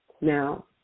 Now